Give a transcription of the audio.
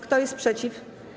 Kto jest przeciw?